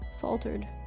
faltered